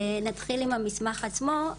נתחיל עם המסמך עצמו,